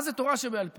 מה זה תורה שבעל פה?